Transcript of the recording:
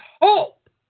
hope